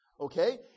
Okay